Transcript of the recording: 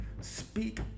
speak